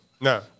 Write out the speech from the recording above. No